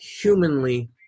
humanly